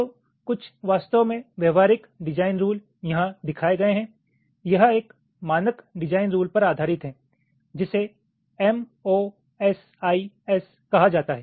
तो कुछ वास्तव में व्यावहारिक डिजाइन रूल यहां दिखाए गए हैं यह एक मानक डिजाइन रूल पर आधारित है जिसे एमओएसआईएस कहा जाता है